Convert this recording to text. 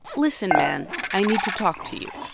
listen, man i need to talk to you.